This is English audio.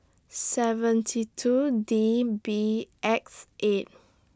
seventy two D B X eight